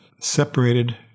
separated